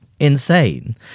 insane